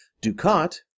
Ducat